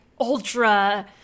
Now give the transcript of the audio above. ultra